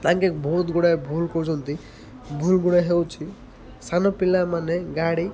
ତାଙ୍କେ ବହୁତ ଗୁଡ଼ାଏ ଭୁଲ କରୁଛନ୍ତି ଭୁଲ ଗୁଡ଼ା ହେଉଛି ସାନ ପିଲାମାନେ ଗାଡ଼ି